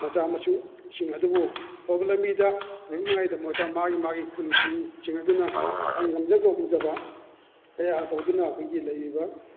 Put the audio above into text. ꯃꯆꯥ ꯃꯁꯨꯁꯤꯡ ꯑꯗꯨꯕꯨ ꯑꯐꯕ ꯂꯝꯕꯤꯗ ꯐꯨꯔꯛꯅꯉꯥꯏꯒꯤꯗꯃꯛꯇ ꯃꯥꯒꯤ ꯃꯥꯒꯤ ꯈꯨꯟ ꯈꯨꯟꯁꯤꯡ ꯑꯗꯨꯅ ꯑꯩ ꯉꯝꯖ ꯉꯝꯖꯕ ꯀꯌꯥ ꯇꯧꯗꯨꯅ ꯑꯩꯈꯣꯏꯒꯤ ꯂꯩꯔꯤꯕ